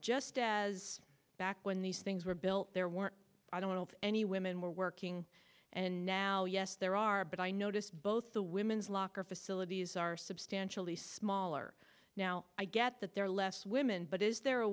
just as back when these things were built there weren't i don't know if any women were working and now yes there are but i noticed both the women's locker facilities are substantially smaller now i get that there are less women but is there a